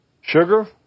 sugar